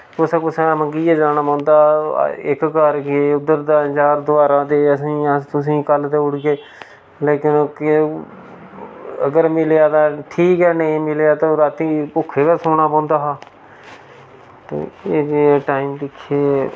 कुसै कुसै शा मंग्गियै जाना पौंदा हा इक घर गे उद्धर दा जार दोहारा दे असें गी अस तुसें गी कल्ल देई ओड़गे लेकिन ओह्की अगर मिलेआ ता ठीक ऐ अगर नेईं मिलेआ ता राती भुक्खे गै सोन पौंदा हा ते एह् जेह् टाईम दिक्खे